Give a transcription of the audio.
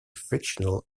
frictional